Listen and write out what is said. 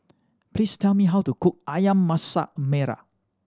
please tell me how to cook Ayam Masak Merah